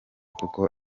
kuko